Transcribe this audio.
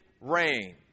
rain